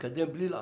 נקדם בלי לעצור,